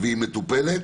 והיא מטופלת.